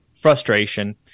frustration